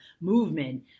movement